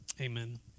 amen